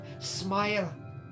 smile